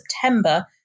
September